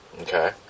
Okay